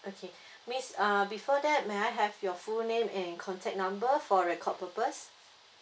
okay miss uh before that may I have your full name and contact number for record purpose